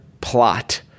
Plot